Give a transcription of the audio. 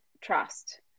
trust